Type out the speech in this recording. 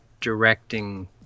directing